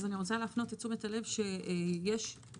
אני רוצה להפנות את תשומת הלב שיש את